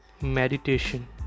meditation